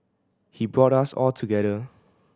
he brought us all together